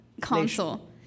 console